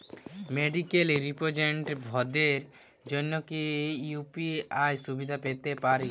Medical রিপ্রেজন্টেটিভদের জন্য কি ইউ.পি.আই সুবিধা পেতে পারে?